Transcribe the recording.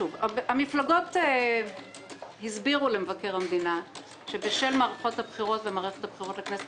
המפלגות הסבירו למבקר המדינה שבשל מערכות הבחירות ומערכת הבחירות לכנסת